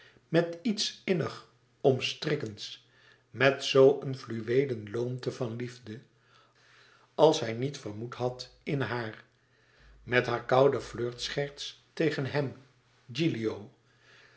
met iets innig omstrikkends met zoo een fluweelige loomte van liefde als hij niet vermoed had in haar met haar kouden flirtscherts tegen hem